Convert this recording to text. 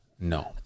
No